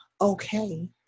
okay